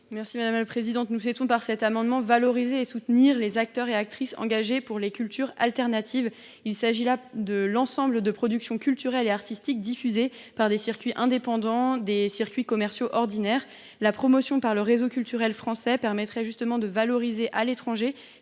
cet amendement, nous entendons valoriser et soutenir les acteurs et actrices engagés pour les cultures alternatives. Il s’agit de l’ensemble des productions culturelles et artistiques diffusées par des canaux indépendants des circuits commerciaux ordinaires. La promotion par le réseau culturel français permettrait de valoriser à l’étranger